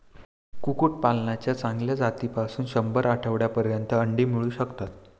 कुक्कुटपालनाच्या चांगल्या जातीपासून शंभर आठवड्यांपर्यंत अंडी मिळू शकतात